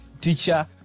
teacher